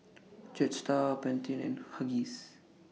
Jetstar Pantene and Huggies